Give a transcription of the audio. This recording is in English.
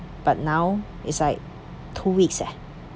but now is like two weeks eh